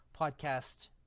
podcast